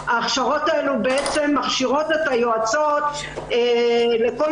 ההכשרות האלה מכשירות את היועצות לכל